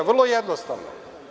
Vrlo jednostavno.